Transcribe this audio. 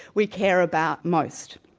we care about most.